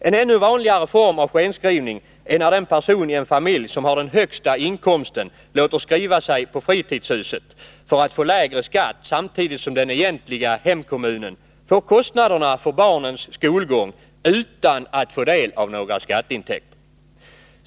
En ännu vanligare form av skenskrivning är när den person i en familj som har den högsta inkomsten låter skriva sig på fritidshuset för att få lägre skatt, samtidigt som den egentliga hemkommunen får kostnader för barnens skolgång utan att få del av några skatteintäkter.